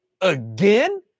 again